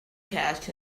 cast